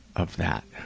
of that.